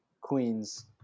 queens